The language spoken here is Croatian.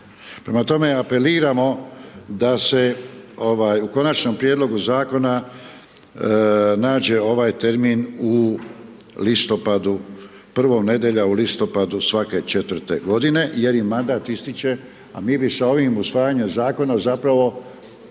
Prema tome apeliramo da se u konačnom prijedlogu zakona nađe ovaj termin u listopadu, prva nedjelja u listopadu svake četvrte godine jer im mandat ističe a mi bi sa ovim usvajanjem zakona zapravo